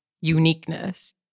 uniqueness